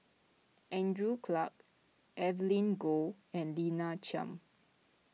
Andrew Clarke Evelyn Goh and Lina Chiam